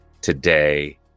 today